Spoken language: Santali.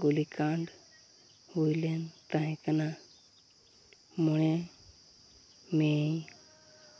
ᱜᱩᱞᱤ ᱠᱟᱱᱰ ᱦᱩᱭ ᱞᱮᱱ ᱛᱟᱦᱮᱸ ᱠᱟᱱᱟ ᱢᱚᱬᱮ ᱢᱮᱹ